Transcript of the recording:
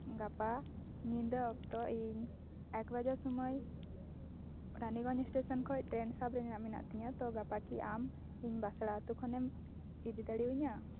ᱜᱟᱯᱟ ᱧᱤᱫᱟᱹ ᱚᱠᱛᱚ ᱤᱧ ᱮᱠᱵᱟᱡᱟ ᱥᱩᱢᱟᱹᱭ ᱨᱟᱱᱤᱜᱚᱸᱡᱽ ᱥᱴᱮᱥᱚᱱ ᱠᱷᱚᱡ ᱴᱨᱮᱱ ᱥᱟᱵ ᱨᱮᱵᱱᱟᱜ ᱢᱮᱱᱟ ᱛᱤᱧᱟ ᱛᱚ ᱜᱟᱯᱟ ᱠᱤ ᱟᱢ ᱤᱧ ᱵᱟᱥᱲᱟ ᱟᱛᱳ ᱠᱷᱚᱱᱮᱢ ᱤᱫᱤ ᱫᱟᱲᱮᱣᱟᱧᱟ